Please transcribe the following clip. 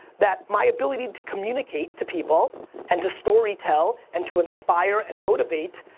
that my ability to communicate to people and to storytell and to inspire and motivate